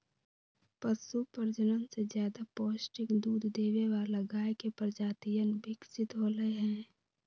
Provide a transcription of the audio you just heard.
पशु प्रजनन से ज्यादा पौष्टिक दूध देवे वाला गाय के प्रजातियन विकसित होलय है